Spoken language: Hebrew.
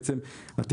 להבנתנו,